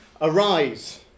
Arise